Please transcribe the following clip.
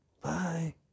Bye